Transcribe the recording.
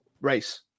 race